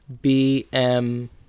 B-M